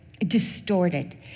distorted